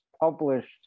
published